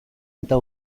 eta